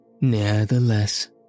Nevertheless